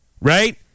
right